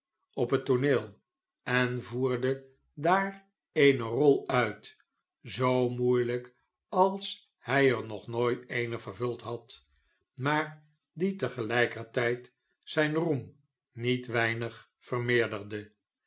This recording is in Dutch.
op het tooneel en voerde daar eene rol uit zoo moeielijk als hij er nog nooit eene vervuld had maar die tegelijkertijd zijn roem niet weinig vermeerderde